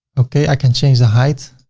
okay. i can change the height.